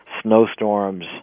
snowstorms